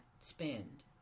spend